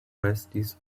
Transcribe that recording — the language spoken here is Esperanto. restis